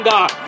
God